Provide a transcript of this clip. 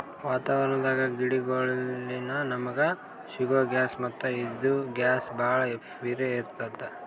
ವಾತಾವರಣದ್ ಗಿಡಗೋಳಿನ್ದ ನಮಗ ಸಿಗೊ ಗ್ಯಾಸ್ ಮತ್ತ್ ಇದು ಗ್ಯಾಸ್ ಭಾಳ್ ಪಿರೇ ಇರ್ತ್ತದ